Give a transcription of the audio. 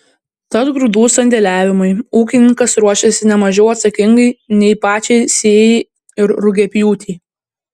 tad grūdų sandėliavimui ūkininkas ruošiasi ne mažiau atsakingai nei pačiai sėjai ir rugiapjūtei